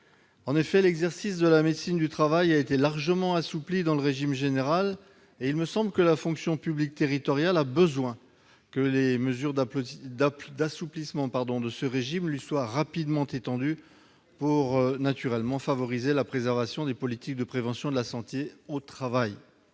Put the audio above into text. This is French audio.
En effet, l'exercice de la médecine du travail a été largement assoupli dans le régime général, et il me semble que la fonction publique territoriale a besoin que ces mesures d'assouplissement lui soient rapidement étendues pour favoriser la préservation des politiques de prévention de la santé au travail.